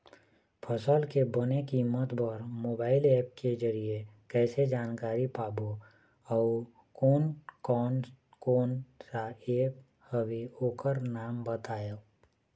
फसल के बने कीमत बर मोबाइल ऐप के जरिए कैसे जानकारी पाबो अउ कोन कौन कोन सा ऐप हवे ओकर नाम बताव?